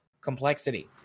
complexity